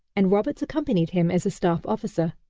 and roberts accompanied him as a staff officer.